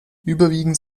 überwiegend